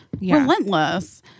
relentless